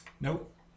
Nope